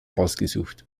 ausgesucht